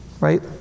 Right